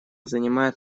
занимает